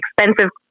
expensive